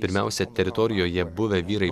pirmiausia teritorijoje buvę vyrai